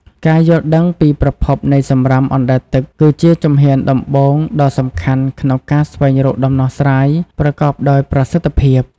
ការយល់ដឹងពីប្រភពនៃសំរាមអណ្តែតទឹក គឺជាជំហានដំបូងដ៏សំខាន់ក្នុងការស្វែងរកដំណោះស្រាយប្រកបដោយប្រសិទ្ធភាព។